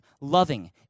loving